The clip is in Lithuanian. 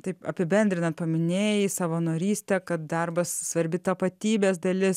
taip apibendrinant paminėjai savanorystę kad darbas svarbi tapatybės dalis